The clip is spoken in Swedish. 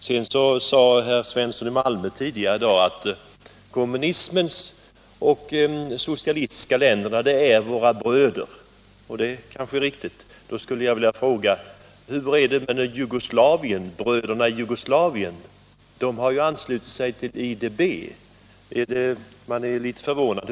Sedan sade herr Svensson i Malmö tidigare i dag att de socialistiska länderna är våra bröder. Det kanske är riktigt. Men hur är det med Jugoslavien som ju har anslutit sig till IDB? Går man imperialismens ärenden också i Jugoslavien?